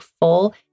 full